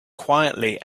quietly